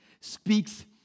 speaks